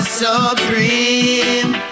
supreme